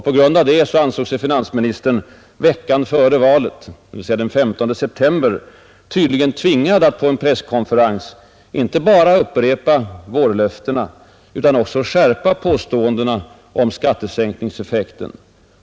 På grund härav ansåg sig finansministern veckan före valet — den 15 september — tydligen tvingad att på en presskonferens inte bara upprepa vårlöftena utan också skärpa påståendena om skattesänkningseffekten.